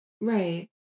Right